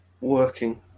working